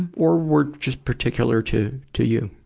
or were just particular to to you.